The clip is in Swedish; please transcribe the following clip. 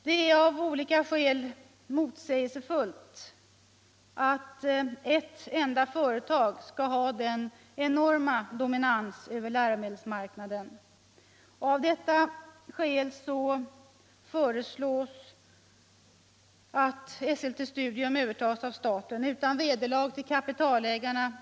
Det är av olika skäl motsägelsefullt att ett enda företag skall ha denna enorma dominans över läromedelsmarknaden. Av detta skät föreslås att Esselte Studium övertas av staten — utan vederlag till kapitalägarna.